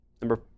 Number